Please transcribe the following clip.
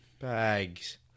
Bags